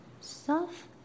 Soft